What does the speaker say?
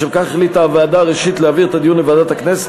לשם כך החליטה הוועדה ראשית להעביר את הדיון לוועדת הכנסת,